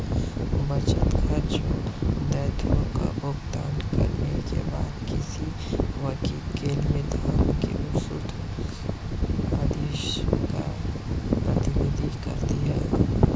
बचत, खर्चों, दायित्वों का भुगतान करने के बाद किसी व्यक्ति के लिए धन के शुद्ध अधिशेष का प्रतिनिधित्व करती है